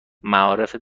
معارف